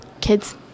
kids